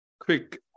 Quick